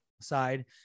side